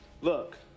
Look